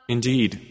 Indeed